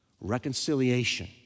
Reconciliation